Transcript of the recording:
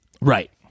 Right